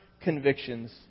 convictions